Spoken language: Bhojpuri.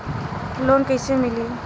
लोन कइसे मिलि?